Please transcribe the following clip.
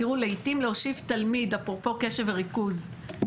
תראו לעיתים להוסיף תלמיד אפרופו קשב וריכוז,